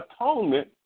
atonement